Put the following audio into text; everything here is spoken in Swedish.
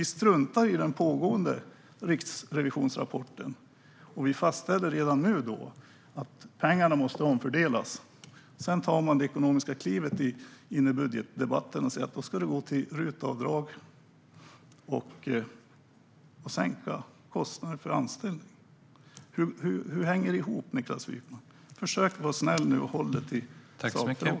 Vi struntar i den pågående rapporten från Riksrevisionen och fastställer redan nu att pengarna måste omfördelas. Sedan tar man det ekonomiska klivet in i budgetdebatten och säger att pengarna ska gå till RUT-avdrag och sänkta kostnader för anställning. Hur hänger det ihop, Niklas Wykman? Försök vara snäll nu och håll dig till sakfrågan.